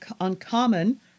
uncommon